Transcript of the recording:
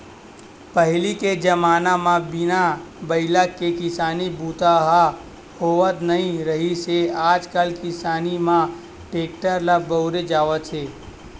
पहिली के जमाना म बिन बइला के किसानी बूता ह होवत नइ रिहिस हे आजकाल किसानी म टेक्टर ल बउरे जावत हे